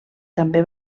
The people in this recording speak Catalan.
també